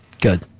Good